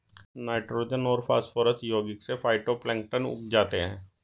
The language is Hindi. नाइट्रोजन और फास्फोरस यौगिक से फाइटोप्लैंक्टन उग जाते है